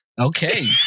Okay